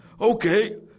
Okay